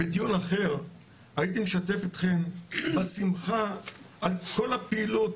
בדיון אחר הייתי משתף אתכם בשמחה על כל הפעילות